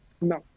No